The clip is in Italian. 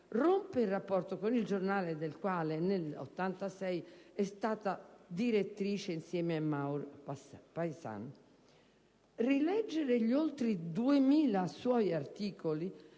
rompe il rapporto con il quotidiano del quale nel 1986 è stata direttrice insieme a Mauro Paissan. Rileggere gli oltre 2000 suoi articoli